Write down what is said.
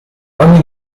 ogni